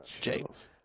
James